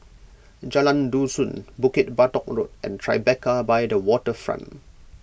Jalan Dusun Bukit Batok Road and Tribeca by the Waterfront